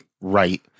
Right